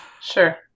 Sure